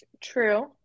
True